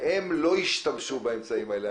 וזאת בלי שהם השתמשו באמצעים האלה,